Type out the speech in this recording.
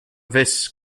this